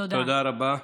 תודה רבה.